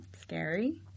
scary